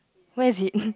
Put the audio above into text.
where is it